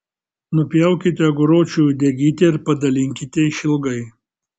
nupjaukite aguročiui uodegytę ir padalinkite išilgai